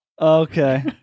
Okay